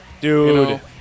Dude